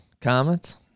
comments